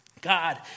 God